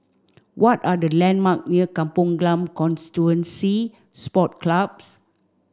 what are the landmark near Kampong Glam Constituency Sport Club